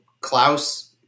Klaus